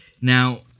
now